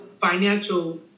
financial